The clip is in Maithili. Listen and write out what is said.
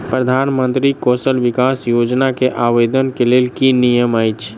प्रधानमंत्री कौशल विकास योजना केँ आवेदन केँ लेल की नियम अछि?